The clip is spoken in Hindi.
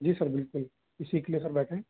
जी सर बिल्कुल इसी के लेकर बैठे हैं